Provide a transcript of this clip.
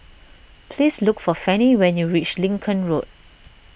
please look for Fanny when you reach Lincoln Road